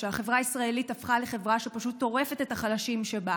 שהחברה הישראלית הפכה לחברה שפשוט טורפת את החלשים שבה.